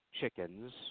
chickens